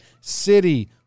City